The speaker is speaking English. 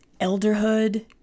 Elderhood